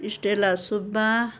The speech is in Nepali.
स्टेला सुब्बा